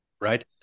right